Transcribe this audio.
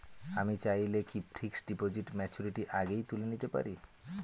আমি চাইলে কি ফিক্সড ডিপোজিট ম্যাচুরিটির আগেই তুলে নিতে পারি?